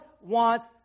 wants